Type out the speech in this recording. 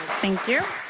thank you.